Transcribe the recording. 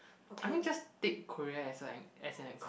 I mean just take Korea as a e~ as an exam